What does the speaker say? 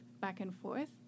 back-and-forth